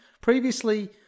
Previously